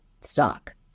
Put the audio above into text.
stock